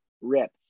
rip